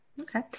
Okay